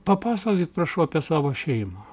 papasakokit prašau apie savo šeimą